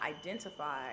identify